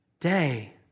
day